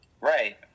Right